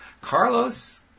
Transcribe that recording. Carlos